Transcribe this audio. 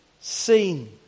seen